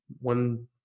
one